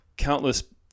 countless